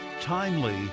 timely